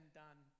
done